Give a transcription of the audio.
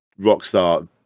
rockstar